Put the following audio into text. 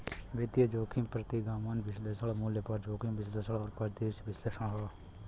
वित्तीय जोखिम प्रतिगमन विश्लेषण, मूल्य पर जोखिम विश्लेषण और परिदृश्य विश्लेषण हौ